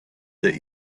that